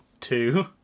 two